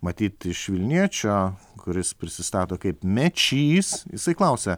matyt iš vilniečio kuris prisistato kaip mečys jisai klausia